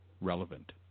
relevant